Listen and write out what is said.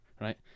right